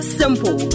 simple